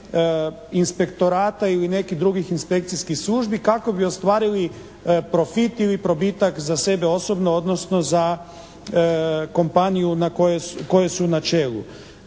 inspektorata ili nekih drugih inspekcijskih službi kako bi ostvarili profit ili probitak za sebe osobno, odnosno za kompaniju koje su na čelu.